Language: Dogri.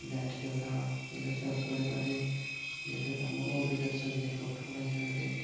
नेट चलदा एह्दे च अस बडे़ सारे जेह्के कम्म होर बी करी सकदे फोटु बनाई सकदे